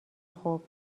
خوب